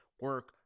Work